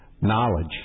Knowledge